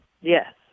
Yes